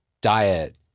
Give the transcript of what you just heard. diet